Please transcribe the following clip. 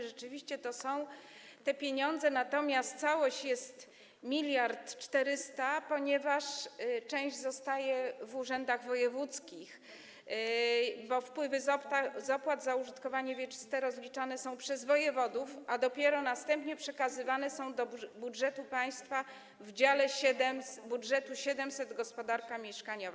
Rzeczywiście to są te pieniądze, natomiast całość to jest 1400 mln, ponieważ część zostaje w urzędach wojewódzkich, bo wpływy z opłat za użytkowanie wieczyste rozliczane są przez wojewodów, a dopiero następnie przekazywane są do budżetu państwa w dziale 700 budżetu: Gospodarka mieszkaniowa.